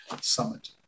summit